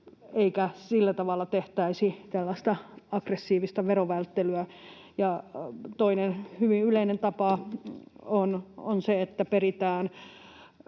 eikä sillä tavalla tehtäisi aggressiivista verovälttelyä. Toinen hyvin yleinen tapa on se, että peritään